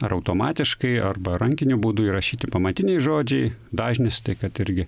ar automatiškai arba rankiniu būdu įrašyti pamatiniai žodžiai dažnis tai kad irgi